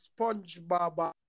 SpongeBob